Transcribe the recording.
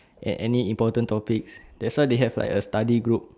an~ any important topics that's why they have like a study group